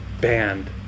banned